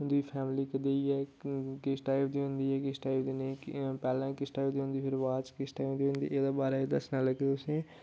उं'दी फैमली कदेही ऐ किस टाइप दी होंदी किस टाइप दी नेईं कि पैह्लें किस टाइप दी होंदी फिर बाद च किस टाइप दी होंदी एह्दे बारे दस्सना लग्गे तुसें गी